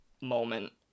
moment